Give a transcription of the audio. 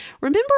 Remember